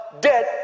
dead